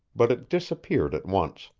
but it disappeared at once,